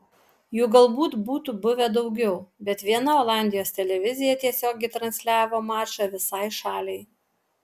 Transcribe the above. jų galbūt būtų buvę daugiau bet viena olandijos televizija tiesiogiai transliavo mačą visai šaliai